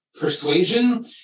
persuasion